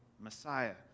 Messiah